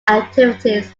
activities